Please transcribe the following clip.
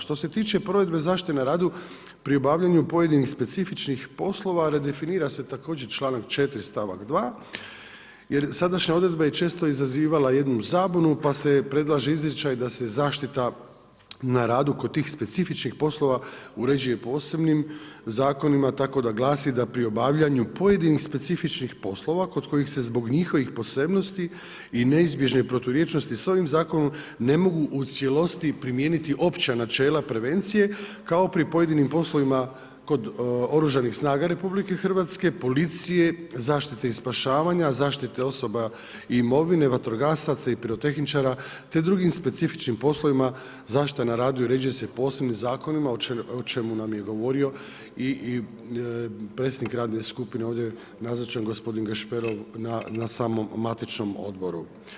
Što se tiče provedbe zaštite na radu, pri obavljanju pojedinih specifičnih poslova, redefinira se također čl. 4. stavak 2. jer sadašnja odredba je često izazivala jednu zabunu, pa se predlaže izričaj da se zaštita na radu, kod tih specifičnih poslova uređuje posebnim zakonima, tako da glasi, da pri obavljanju pojedinih specifičnih poslova, kod kojih se zbog njihovih posebnosti i neizbježne proturječnosti s ovim zakonom, ne mogu u cijelosti primijeniti opća načela prevencije, kao pri pojedinih poslovima kod oružanih snaga RH, policije, zaštite i spašavanja, zaštite osoba i imovine, vatrogasaca, pirotehničara, te drugim specifičnim poslovima, zaštite na radu uređuju se posebnim zakonom o čemu nam je govorio i predsjednik radne skupine ovdje nazočan gospodin Gašparov, na samom matičnom odboru.